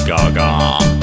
Gaga